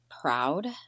proud